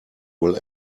will